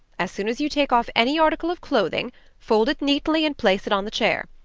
as soon as you take off any article of clothing fold it neatly and place it on the chair.